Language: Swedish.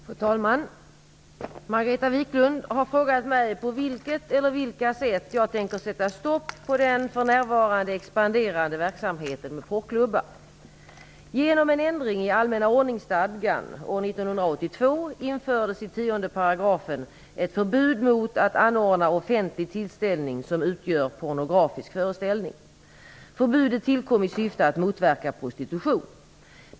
Fru talman! Margareta Viklund har frågat mig på vilket eller vilka sätt jag tänker sätta stopp på den för närvarande expanderande verksamheten med porrklubbar. 1982 infördes i 10 § ett förbud mot att anordna offentlig tillställning som utgör pornografisk föreställning. Förbudet tillkom i syfte att motverka prostitution.